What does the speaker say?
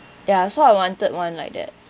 ya so I wanted one like that